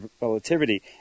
relativity